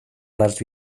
las